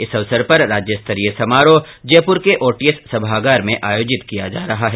इस अवसर पर राज्यस्तरीय समारोह जयपुर के ओटीएस सभागार में आयोजित किया जा रहा है